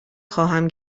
خواهم